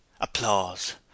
Applause